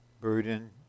burden